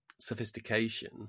sophistication